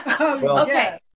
Okay